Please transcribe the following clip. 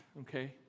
okay